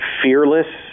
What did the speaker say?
fearless